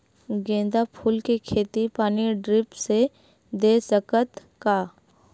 गेंदा फूल के खेती पानी ड्रिप से दे सकथ का?